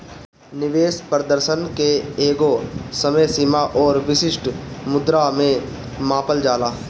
निवेश प्रदर्शन के एकगो समय सीमा अउरी विशिष्ट मुद्रा में मापल जाला